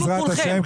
בעזרת השם,